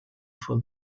for